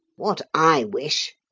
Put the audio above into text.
what i wish,